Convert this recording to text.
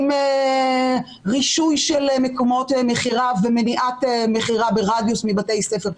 עם רישוי של מקומות מכירה ומניעת מכירה ברדיוס מבתי ספר,